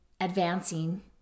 advancing